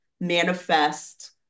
manifest